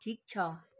ठिक छ